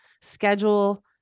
schedule